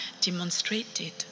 demonstrated